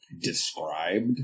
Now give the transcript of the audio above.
Described